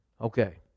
Okay